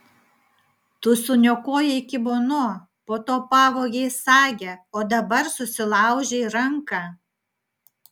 tu suniokojai kimono po to pavogei sagę o dabar susilaužei ranką